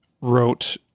wrote